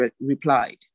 replied